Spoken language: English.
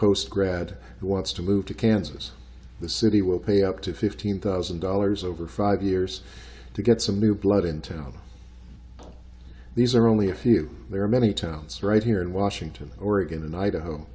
post grad who wants to move to kansas the city will pay up to fifteen thousand dollars over five years to get some new blood in town these are only a few there are many towns right here in washington oregon and idaho